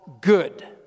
good